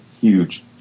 huge